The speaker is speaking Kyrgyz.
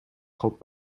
калп